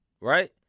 right